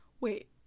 wait